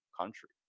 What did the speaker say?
country